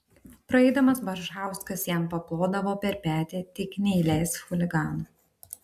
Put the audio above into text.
praeidamas baršauskas jam paplodavo per petį tik neįleisk chuliganų